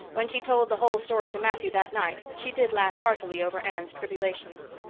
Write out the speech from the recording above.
when she told the whole story to matthew that night, she did laugh heartily over anne's tribulations.